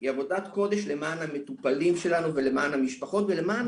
היא עבודת קודש למען המטופלים שלנו ולמען המשפחות ולמען